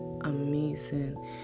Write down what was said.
amazing